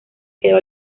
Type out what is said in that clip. quedó